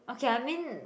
okay I mean